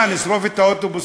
הם שוהים בלתי חוקיים.